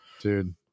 Dude